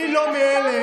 אני לא מאלה,